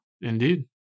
Indeed